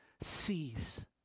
sees